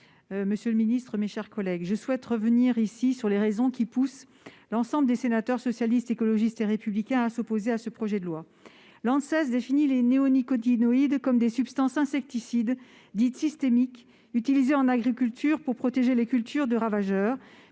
pour explication de vote. Je souhaite revenir sur les raisons qui poussent l'ensemble des sénateurs Socialistes, Écologistes et Républicains à s'opposer à ce projet de loi. L'Anses définit les néonicotinoïdes comme des substances insecticides dites « systémiques », utilisées en agriculture pour protéger les cultures de ravageurs,